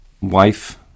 wife